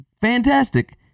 fantastic